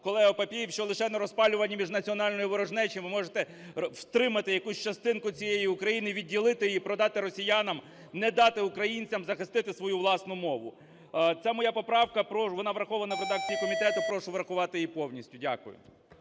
колего Папієв, що лише на розпалюванні міжнаціональної ворожнечі ви можете втримати якусь частинку цієї України, відділити її, продати росіянам, не дати українцям захистити свою власну мову. Ця моя поправка, вона врахована в редакції комітету. Прошу врахувати її повністю. Дякую.